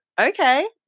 okay